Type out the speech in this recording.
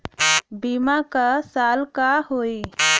बीमा क साल क होई?